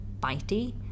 bitey